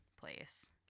place